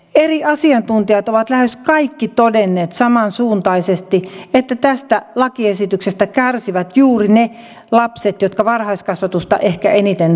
eri asiantuntijat ovat lähes kaikki todenneet samansuuntaisesti että tästä lakiesityksestä kärsivät juuri ne lapset jotka varhaiskasvatusta ehkä eniten tarvitsisivat